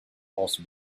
also